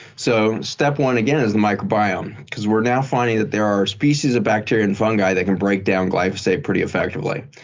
so step one, again is the microbiome because we're now finding that there are species of bacteria and fungi that can break down glyphosate pretty effectively.